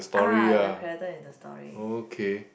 ah the character in the story